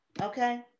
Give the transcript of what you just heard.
Okay